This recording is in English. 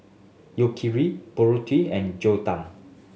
Yakitori Burrito and Gyudon